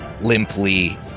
limply